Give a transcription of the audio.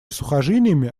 сухожилиями